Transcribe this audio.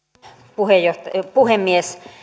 puhemies